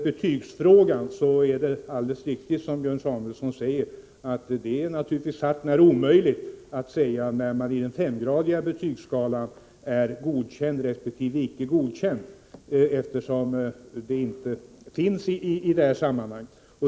Det är alldeles riktigt som Björn Samuelson påpekar, nämligen att det är hart när omöjligt att säga när man i den femgradiga betygsskalan är godkänd resp. icke godkänd, eftersom det inte finns någonting angivet om detta.